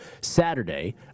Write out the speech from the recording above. Saturday